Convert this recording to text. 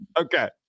Okay